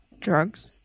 Drugs